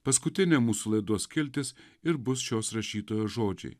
paskutinė mūsų laidos skiltis ir bus šios rašytojos žodžiai